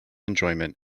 enjoyment